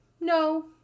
no